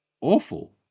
awful